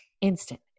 instant